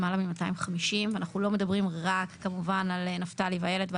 למעלה מ-250 ואנחנו לא מדברים כמובן רק על נפתלי ואיילת.